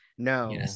No